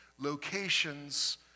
locations